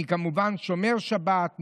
אני כמובן שומר שבת,